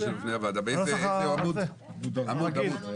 הנוסח הזה, הרגיל.